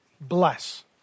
Bless